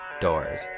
doors